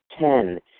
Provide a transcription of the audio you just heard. Ten